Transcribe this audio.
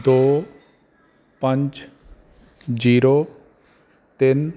ਦੋ ਪੰਜ ਜ਼ੀਰੋ ਤਿੰਨ